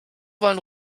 wollen